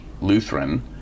Lutheran